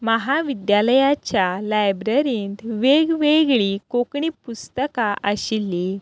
महाविद्यालयाच्या लायब्ररींत वेगवेगळीं कोंकणी पुस्तकां आशिल्लीं